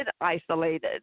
isolated